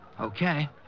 okay